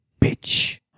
bitch